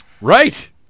Right